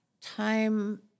time